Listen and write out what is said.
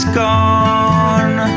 gone